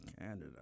Canada